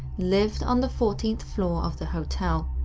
lived on the fourteenth floor of the hotel.